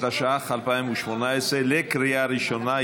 התשע"ח 2018, לקריאה הראשונה.